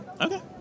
Okay